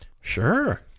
Sure